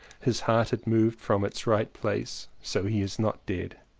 his heart had moved from its right place, so he is not dead.